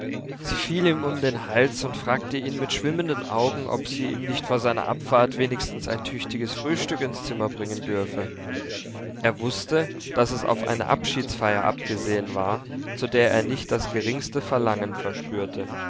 sie fiel ihm um den hals und fragte ihn mit schwimmenden augen ob sie ihm nicht vor seiner abfahrt wenigstens ein tüchtiges frühstück ins zimmer bringen dürfe er wußte daß es auf eine abschiedsfeier abgesehen war zu der er nicht das geringste verlangen verspürte